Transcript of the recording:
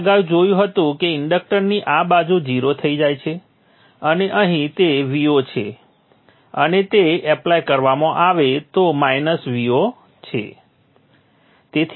આપણે અગાઉ જોયું હતું કે ઇન્ડક્ટરની આ બાજુ 0 થઈ જાય છે અને અહીં તે Vo છે અને તે એપ્લાય કરવામાં આવે તો Vo છે